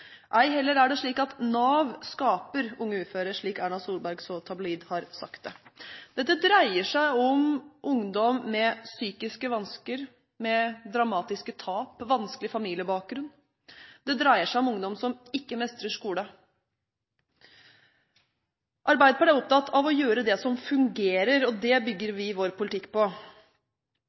Ei heller er det slik at Nav skaper unge uføre, slik Erna Solberg så tabloid har sagt det. Dette dreier seg om ungdom med psykiske vansker, med dramatiske tap og vanskelig familiebakgrunn – det dreier seg om ungdom som ikke mestrer skolen. Arbeiderpartiet er opptatt av å gjøre det som fungerer, og det bygger vi vår politikk på.